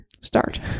start